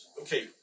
okay